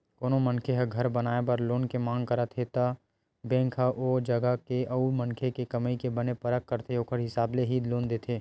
कोनो मनखे ह घर बनाए बर लोन के मांग करत हे त बेंक ह ओ जगा के अउ मनखे के कमई के बने परख करथे ओखर हिसाब ले ही लोन देथे